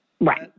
Right